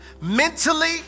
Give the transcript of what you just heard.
mentally